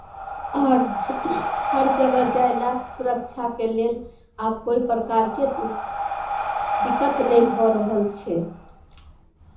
आओर हर जगह जाय लेल सुरक्षाके लेल आब कोइ प्रकारके दिक्कत नहि भऽ रहल छै